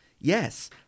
Yes